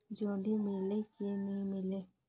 जोणी मीले कि नी मिले?